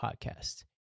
podcast